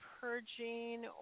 purging